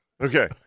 Okay